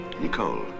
Nicole